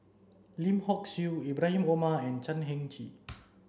Lim Hock Siew Ibrahim Omar and Chan Heng Chee